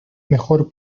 mejor